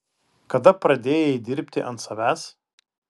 kada pradėjai dirbti ant savęs